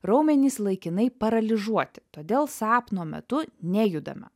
raumenys laikinai paralyžuoti todėl sapno metu nejudama